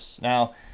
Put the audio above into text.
Now